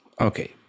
Okay